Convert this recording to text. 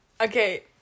Okay